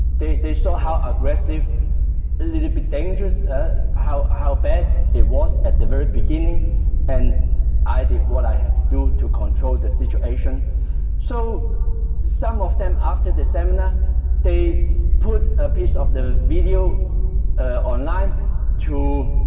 they they saw how aggressive a little bit dangerous ah how how bad it was at the very beginning and i did what i had to do to control the situation so some of them after the seminar they put a piece of the video online to